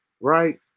Right